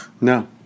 No